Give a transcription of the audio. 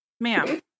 ma'am